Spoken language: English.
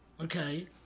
Okay